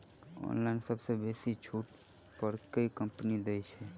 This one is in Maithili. ऑनलाइन सबसँ बेसी छुट पर केँ कंपनी दइ छै?